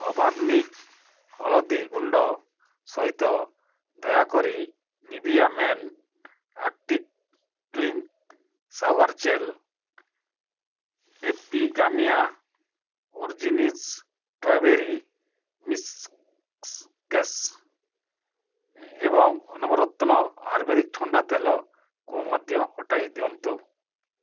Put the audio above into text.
organic ହଳଦୀ ଗୁଣ୍ଡ ସହିତ ଦୟାକରି Nivea men active clean shower gel Epigamia origins strawberry ଏବଂ ନବରତ୍ନ ଆୟୁର୍ବେଦିକ ଥଣ୍ଡା ତେଲକୁ ମଧ୍ୟ ହଟାଇ ଦିଅନ୍ତୁ